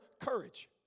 courage